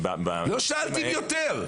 לא שאלתי אם יותר.